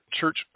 church